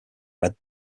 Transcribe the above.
red